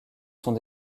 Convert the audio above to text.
sont